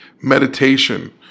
meditation